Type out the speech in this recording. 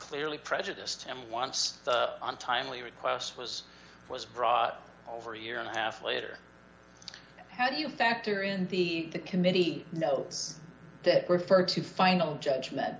clearly prejudiced and wants on timely requests was was brought over a year and a half later how do you factor in the committee notes that referred to final judgment